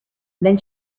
then